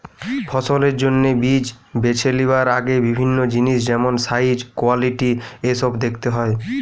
ফসলের জন্যে বীজ বেছে লিবার আগে বিভিন্ন জিনিস যেমন সাইজ, কোয়ালিটি এসোব দেখতে হয়